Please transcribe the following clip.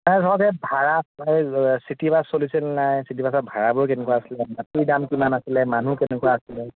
মই ভাড়া মানে চিটি বাছ চলিছিলেনে নাই চিটি বাছৰ ভাড়াবোৰ কেনেকুৱা আছিলে মাটিৰ দাম কিমান আছিলে মানুহ কেনেকুৱা আছিলে